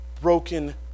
broken